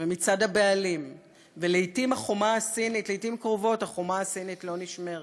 ומצד הבעלים ולעתים קרובות החומה הסינית לא נשמרת,